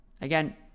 Again